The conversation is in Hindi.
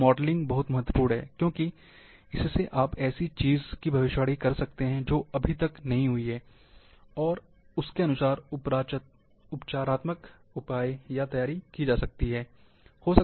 तो यह मॉडलिंग बहुत महत्वपूर्ण है क्योंकि इससे आप ऐसी चीज की भविष्यवाणी कर सकते हैं जो अभी तक नहीं हुई है और उसके अनुसार उपचारात्मक उपाय या तैयारी की जा सकती है